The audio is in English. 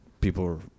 people